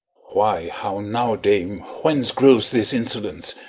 why, how now, dame! whence grows this insolence?